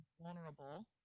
vulnerable